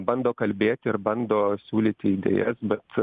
bando kalbėti ir bando siūlyti idėjas bet